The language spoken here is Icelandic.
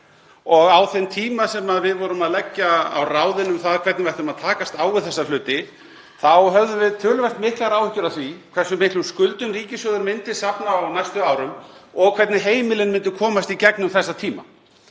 og á þeim tíma sem við vorum að leggja á ráðin um það hvernig við ættum að takast á við þessa hluti þá höfðum við töluvert miklar áhyggjur af því hversu miklum skuldum ríkissjóður myndi safna á næstu árum og hvernig heimilin myndu komast í gegnum þessa tíma.